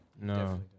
No